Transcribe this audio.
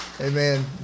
Amen